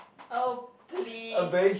oh please